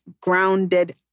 grounded